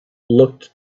looked